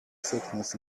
sickness